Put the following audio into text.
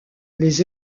les